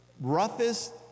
roughest